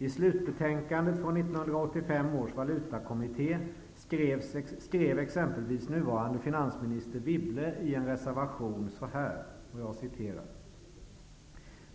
I slutbetänkandet från 1985 års Valutakommitté skrev exempelvis nuvarande finansminister Anne Wibble i en reservation: